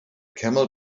camel